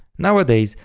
nowadays,